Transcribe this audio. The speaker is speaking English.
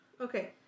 Okay